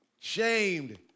Shamed